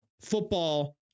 football